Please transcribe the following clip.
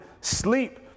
sleep